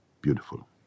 Beautiful